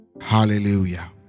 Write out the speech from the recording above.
hallelujah